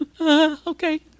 Okay